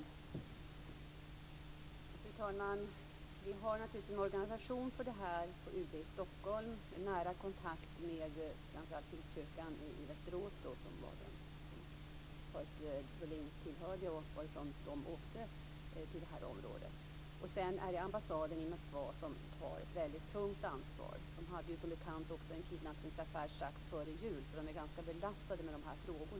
Fru talman! Vi har naturligtvis en organisation för detta på UD i Stockholm. Vi har en nära kontakt med framför allt pingstkyrkan i Västerås, som paret Brolin tillhör och på vars uppdrag de åkte till detta område. Sedan är det ambassaden i Moskva som tar ett mycket tungt ansvar. Ambassaden hade ju som bekant också en kidnappningsaffär strax före jul, så man är där mycket belastad med dessa frågor.